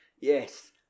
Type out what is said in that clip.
Yes